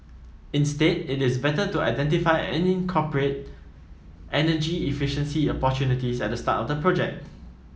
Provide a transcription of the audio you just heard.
instead it is better to identify and incorporate energy efficiency opportunities at the start of the project